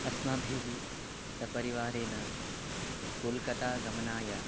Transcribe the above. अस्मभिः सपरिवारेण कोल्कतागमनाय